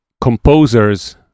composers